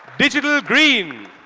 digital green.